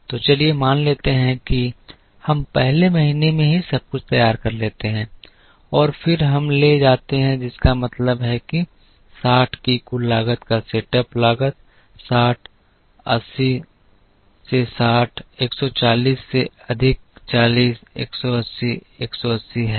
तो चलिए मान लेते हैं कि हम पहले महीने में ही सब कुछ तैयार कर लेते हैं और फिर हम ले जाते हैं जिसका मतलब है कि 60 की कुल लागत का सेटअप लागत 60 80 से 60 140 से अधिक 40 180 180 है